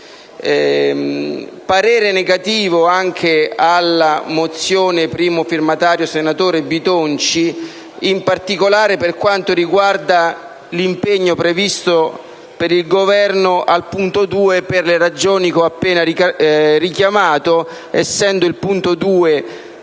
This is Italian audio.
parere negativo anche sulla mozione di cui è primo firmatario il senatore Bitonci, in particolare per quanto riguarda l'impegno previsto per il Governo al punto 2, per le ragioni che ho appena richiamato, essendo tale punto